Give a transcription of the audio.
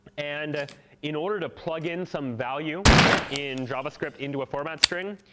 and in order to plug in some value in javascript into a format string,